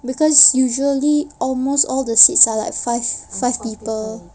because usually almost all the seats are like five five people